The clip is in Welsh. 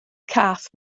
cath